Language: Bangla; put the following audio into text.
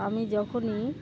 আমি যখনই